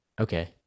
Okay